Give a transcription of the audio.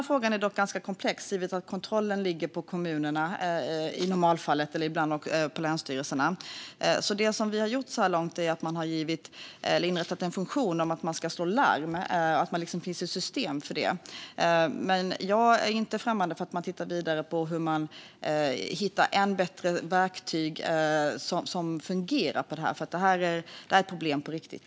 Frågan är dock komplex eftersom kontrollen i normalfallet ligger på kommunerna och ibland också på länsstyrelserna. Det vi så här långt har gjort är att vi har inrättat en funktion där man kan slå larm så att det finns ett system för det här. Men jag är inte främmande för att titta vidare på hur man kan hitta ännu bättre verktyg som fungerar, för detta är ett problem på riktigt.